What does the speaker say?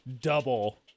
double